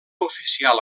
oficial